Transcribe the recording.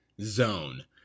zone